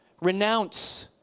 Renounce